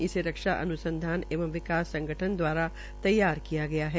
इसे रक्षा अनुसंधान एवं विकास संगठन द्वारा तैयार किया गया है